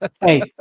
Hey